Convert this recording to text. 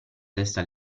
testa